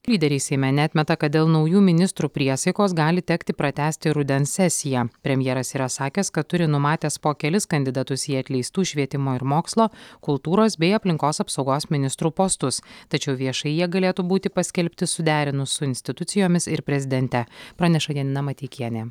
lyderiai seime neatmeta kad dėl naujų ministrų priesaikos gali tekti pratęsti rudens sesiją premjeras yra sakęs kad turi numatęs po kelis kandidatus į atleistų švietimo ir mokslo kultūros bei aplinkos apsaugos ministrų postus tačiau viešai jie galėtų būti paskelbti suderinus su institucijomis ir prezidente praneša janina mateikienė